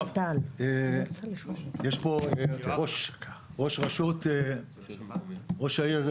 יש פה ראש עיריית ראש העין,